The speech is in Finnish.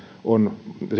on